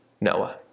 Noah